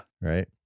Right